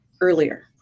earlier